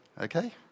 okay